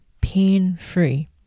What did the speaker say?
pain-free